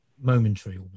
momentary